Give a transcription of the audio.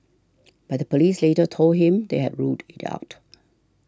but the police later told him they had ruled it out